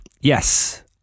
yes